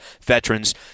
veterans